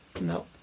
No